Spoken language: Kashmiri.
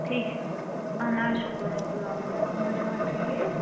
ٹھیٖک چھِو حظ اَہن حظ شُکُر رُب العا لمیٖنس کُن تُہۍ چھُوا ٹھیٖک